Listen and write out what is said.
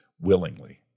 willingly